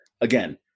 again